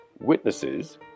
witnesses